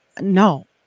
No